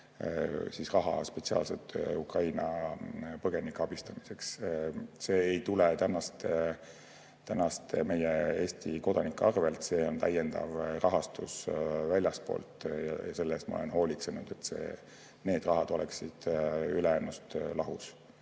raha spetsiaalselt Ukraina põgenike abistamiseks. See ei tule meie Eesti kodanike arvelt, see on täiendav rahastus väljastpoolt. Selle eest ma olen hoolitsenud, et see raha oleks ülejäänust lahus